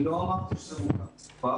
אני לא אמרתי שזה מורכב ומסובך.